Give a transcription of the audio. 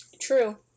True